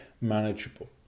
manageable